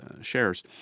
shares